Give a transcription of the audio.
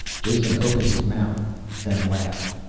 jason opened his mouth then laughed.